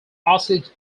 osage